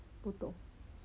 不懂